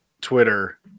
Twitter